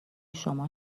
شما